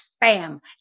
bam